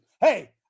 Hey